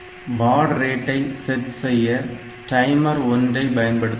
பாட் ரேட்டை செட் செய்ய டைமர் 1 ஐ பயன்படுத்தலாம்